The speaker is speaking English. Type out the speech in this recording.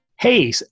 Hey